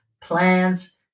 plans